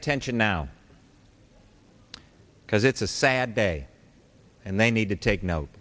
attention now because it's a sad day and they need to take note